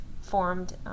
formed